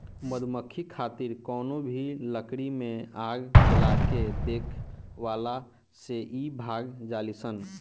मधुमक्खी खातिर कवनो भी लकड़ी में आग जला के देखावला से इ भाग जालीसन